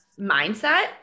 mindset